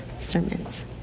sermons